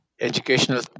educational